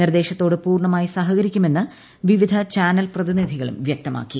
നിർദ്ദേശത്തോട് പൂർണ്ണമായി സഹകരിക്കുമെന്ന് വിവിധ ചാനൽ പ്രതിനിധികളും വൃക്തമാക്കി